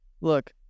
look